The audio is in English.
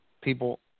people